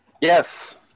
Yes